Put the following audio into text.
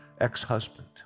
ex-husband